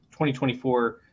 2024